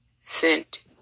sent